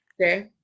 okay